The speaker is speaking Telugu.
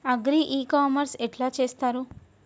అగ్రి ఇ కామర్స్ ఎట్ల చేస్తరు?